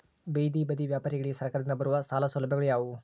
ಬೇದಿ ಬದಿ ವ್ಯಾಪಾರಗಳಿಗೆ ಸರಕಾರದಿಂದ ಬರುವ ಸಾಲ ಸೌಲಭ್ಯಗಳು ಯಾವುವು?